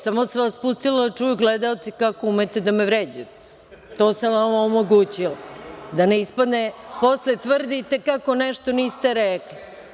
Samo sam vas pustila da čuju gledaoci kako umete da me vređate, to sam vam omogućila da ne ispadne posle tvrdite kako nešto niste rekli.